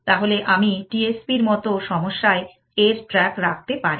তাহলে আমি TSP র মতো সমস্যায় এর ট্র্যাক রাখতে পারি